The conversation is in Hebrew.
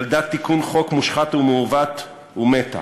ילדה תיקון חוק מושחת ומעוות, ומתה.